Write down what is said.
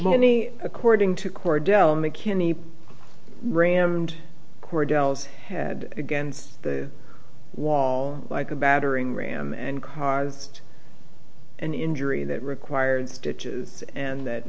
money according to cordell mckinney rammed cordell is head against the wall like a battering ram and car just an injury that required stitches and that